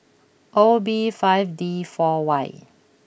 O B five D four Y